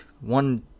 one